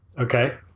Okay